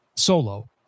Solo